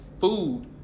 food